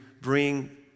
bring